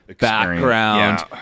background